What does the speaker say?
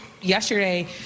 Yesterday